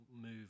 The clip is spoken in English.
move